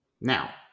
Now